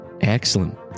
excellent